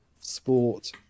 sport